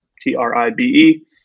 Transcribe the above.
T-R-I-B-E